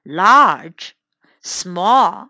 large,small